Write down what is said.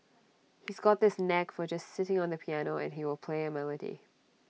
he's got this knack for just sitting on the piano and he will play A melody